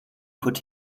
put